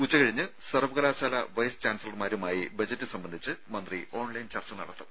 ഉച്ചകഴിഞ്ഞ് സർവ്വകലാശാലാ വൈസ് ചാൻസലർമാരുമായി ബജറ്റ് സംബന്ധിച്ച മന്ത്രി ഓൺലൈൻ ചർച്ച നടത്തും